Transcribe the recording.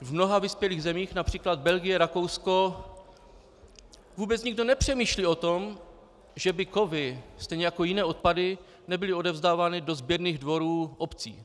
V mnoha vyspělých zemích, například Belgie, Rakousko, vůbec nikdo nepřemýšlí o tom, že by kovy, stejně jako jiné odpady, nebyly odevzdávány do sběrných dvorů obcí.